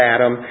Adam